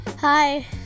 Hi